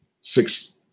six